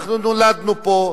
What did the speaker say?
אנחנו נולדנו פה,